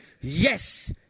Yes